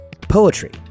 Poetry